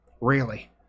Really